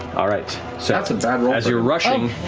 all right, so as you're rushing,